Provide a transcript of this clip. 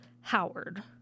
Howard